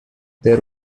there